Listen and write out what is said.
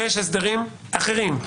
יש הסדרים אחרים.